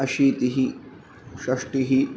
अशीतिः षष्टिः